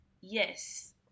yes